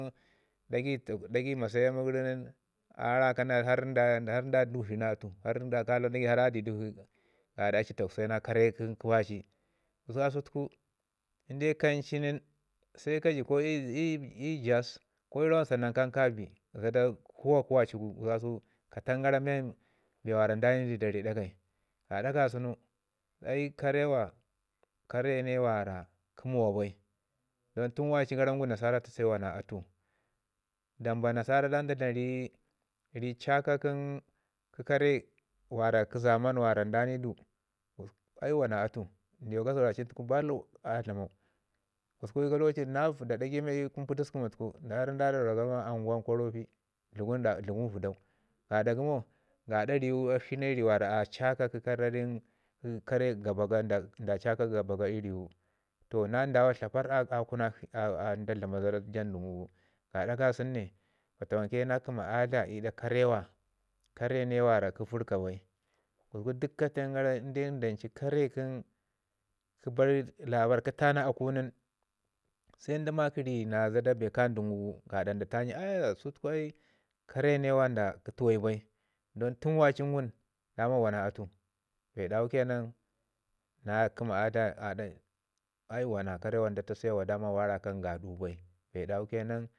ɗagai- to ɗagai mase ama gərin har nda dii dukshi na atu gaɗa a ci a takwse na kare waci. Gususku kasau in kancu nin sai ka cu i Jos san nin kan kabi zada kuwa kə wali gu gususku kasau dlam gara bee nda ni du da rii ɗagai gada ga sunu ai kare wara kə muwa bai, don tun wai gun nasara tase wa na kare. Dambu nasara da dlam rii caaka kən kare kə zaman mi nda ni du ai wa na atu ndiwa gasgaraucin tuku bak a dlamau. Crusku lokacu na vəɗa əagai a gun Potiskum nda daura gara ma anguwan korogi dləgum ɗa gləgun vədo gu gaɗa yəmo gaɗa riwu akshi ri wara a caaka kə kararin kare gabako i ri wu nda caaka gabako i riwu to nda caaka gabako i riwu toh na nduwa tlabarr a kunaksha dlama zəda jandu gu. Gaɗa ka sune fatawanke na kəmma adla ii ɗa kare wa kare wara kə vərka bai, gusku duk katengara dancu kare kə barik labarr kə tana aku nin se nda maki riin na zada bee ka dən gu daɗa da tani don su ai kare ne mi kə tuwayu ba. Don tun waci gun wana atu bee dawu ke nan na kəma adla aɗa ai wana. Kare wa daman nda tasewa daman wa rakan gaɗau bai. Bee dawu na dlam